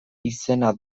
izena